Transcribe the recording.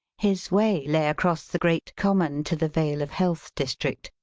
his way lay across the great common to the vale of health district,